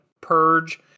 Purge